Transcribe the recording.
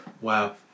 Wow